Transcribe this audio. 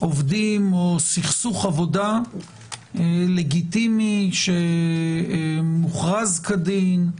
עובדים או סכסוך עבודה לגיטימי שמוכרז כדין,